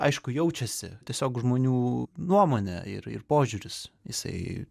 aišku jaučiasi tiesiog žmonių nuomonė ir ir požiūris jisai